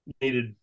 needed